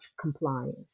compliance